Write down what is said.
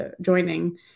joining